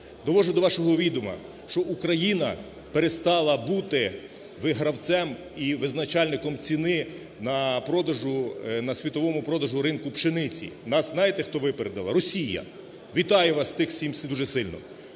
Доводжу до вашого відома, що Україна перестала бутивигравцем і визначальником ціни на продажу, на світовому продажу ринку пшениці. Нас знаєте, хто випередив? Росія. Вітаю вас з цим дуже сильно.